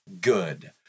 good